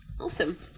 Awesome